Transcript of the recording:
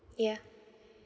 yeah